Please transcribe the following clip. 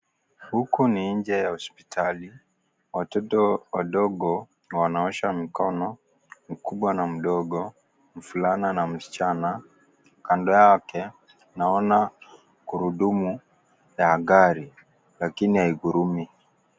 Huku ni nje ya hospitali watoto wadogo wanaosha mikono mkubwa na mdogo mvulana na msichana kando yake naona gurudumu ya gari lakini haingurumi.